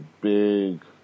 big